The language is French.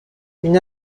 une